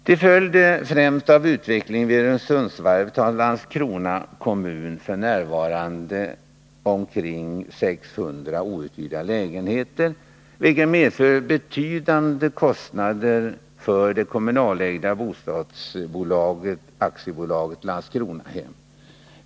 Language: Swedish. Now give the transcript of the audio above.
Till följd av främst utvecklingen vid Öresundsvarvet har Landskrona kommun f.n. ca 600 outhyrda lägenheter, vilket medför betydande kostnader för det kommunalägda bostadsbolaget AB Landskronahem.